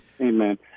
Amen